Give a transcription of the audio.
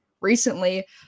recently